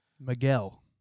Miguel